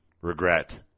regret